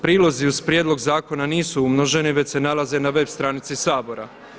Prilozi uz prijedlog zakona nisu umnoženi već se nalaze na web stranici Sabora.